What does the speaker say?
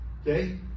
Okay